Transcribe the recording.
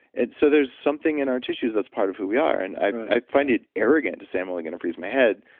and so, there's something in our tissues that's part of who we are. and i find it arrogant to say, i'm only going to freeze my head.